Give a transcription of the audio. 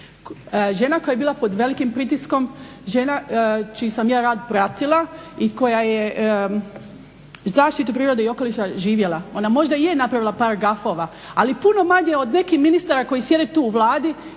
žena koja je bila pod velikim pritiskom, žena čiji sam ja rad pratila i koja je zaštitu prirode i okoliša živjela. Ona možda je napravila par gafova ali puno manje od nekih ministara koji sjede tu u Vladi